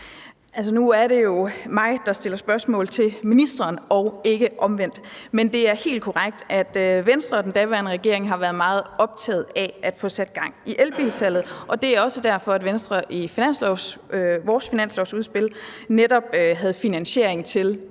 Nu er det jo mig, der stiller spørgsmål til ministeren, og ikke omvendt, men det er helt korrekt, at Venstre og den daværende regering har været meget optaget af at få sat gang i elbilsalget, og det var også derfor, at vi i Venstre i vores finanslovsudspil netop havde finansiering til